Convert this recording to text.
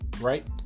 Right